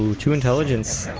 to to intelligence